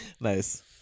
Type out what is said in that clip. Nice